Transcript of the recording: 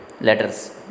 letters